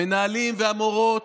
המנהלים והמורות,